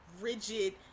rigid